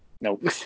Nope